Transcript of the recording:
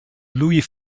louis